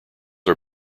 are